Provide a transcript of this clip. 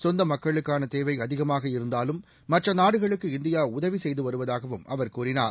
சொந்த மக்களுக்கான தேவை அதிகமாக இருந்தாலும் மற்ற நாடுகளுக்கு இந்தியா உதவி செய்து வருவதாகவும் அவர் கூறினார்